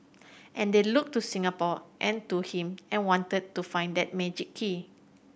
and they looked to Singapore and to him and wanted to find that magic key